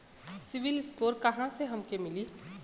CIBIL score कहाँसे हमके मिली?